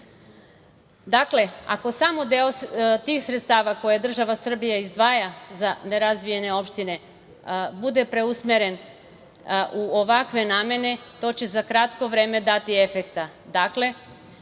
ako samo deo tih sredstava koje država Srbija izdvaja za nerazvijene opštine bude preusmeren u ovakve namene, to će za kratko vreme dati efekta.